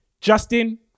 Justin